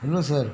hello sir